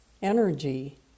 Energy